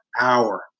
hour